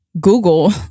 Google